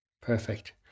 Perfect